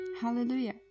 Hallelujah